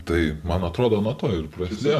tai man atrodo nuo to ir prasidėjo